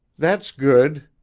that's good,